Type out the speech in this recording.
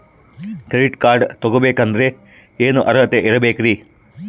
Credit card ತೊಗೋ ಬೇಕಾದರೆ ಏನು ಅರ್ಹತೆ ಇರಬೇಕ್ರಿ?